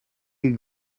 you